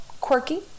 quirky